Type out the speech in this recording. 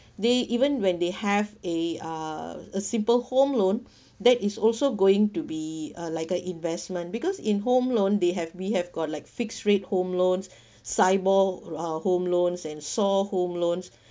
they even when they have a uh a simple home loan that is also going to be uh like an investment because in home loan they have we have got like fixed rate home loans cyborg uh home loans and saw home loans